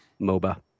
MOBA